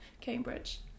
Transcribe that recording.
Cambridge